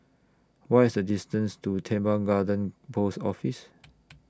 What IS The distance to Teban Garden Post Office